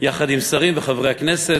יחד עם שרים וחברי כנסת,